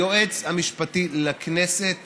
היועץ המשפטי לכנסת